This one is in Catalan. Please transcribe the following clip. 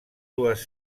dues